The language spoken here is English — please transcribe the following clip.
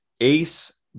Ace